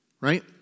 right